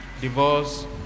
divorce